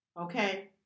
Okay